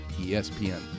ESPN